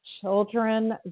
children